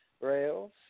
Rails